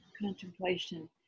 contemplation